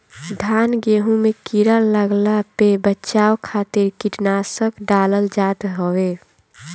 धान गेंहू में कीड़ा लागला पे बचाव खातिर कीटनाशक डालल जात हवे